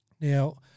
Now